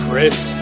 Chris